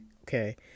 Okay